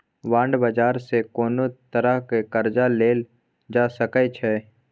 bond बाजार सँ कोनो तरहक कर्जा लेल जा सकै छै